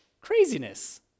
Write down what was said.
Craziness